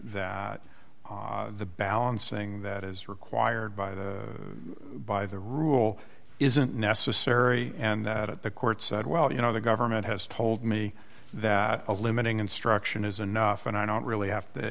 that the balancing that is required by the by the rule isn't necessary and that the court said well you know the government has told me that a limiting instruction is enough and i don't really have